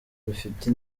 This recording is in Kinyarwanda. bifite